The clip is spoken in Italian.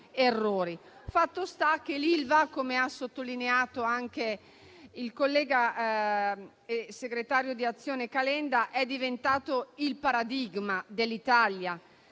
Fatto sta che l'Ilva, come ha sottolineato anche il collega e segretario di Azione Calenda, è diventato il paradigma dell'Italia,